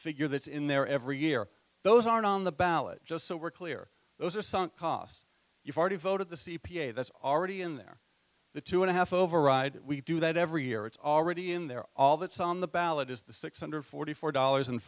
figure that's in there every year those aren't on the ballot just so we're clear those are sunk costs you've already voted the c p a that's already in there the two and a half override that we do that every year it's already in there all that's on the ballot is the six hundred forty four dollars and